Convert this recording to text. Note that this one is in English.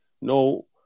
No